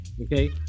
okay